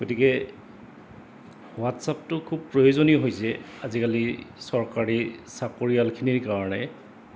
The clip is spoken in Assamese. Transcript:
গতিকে হোৱাটছআপটো খুব প্ৰয়োজনীয় হৈছে আজিকালি চৰকাৰী চাকৰিয়ালখিনিৰ কাৰণে